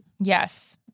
Yes